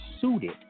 suited